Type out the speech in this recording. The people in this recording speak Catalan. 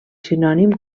sinònim